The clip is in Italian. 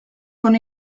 con